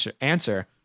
answer